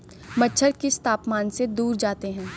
मच्छर किस तापमान से दूर जाते हैं?